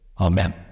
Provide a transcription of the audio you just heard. Amen